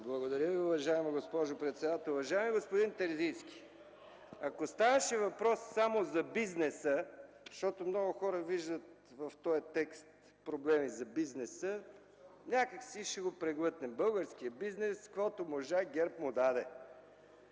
Благодаря Ви, уважаема госпожо председател. Уважаеми господин Терзийски, ако ставаше въпрос само за бизнеса, защото много хора виждат в този текст проблеми за бизнеса, някак си ще го преглътнем. Българският бизнес, каквото можа, ГЕРБ му даде.